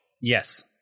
Yes